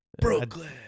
Brooklyn